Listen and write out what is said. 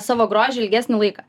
savo grožį ilgesnį laiką